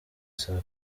saa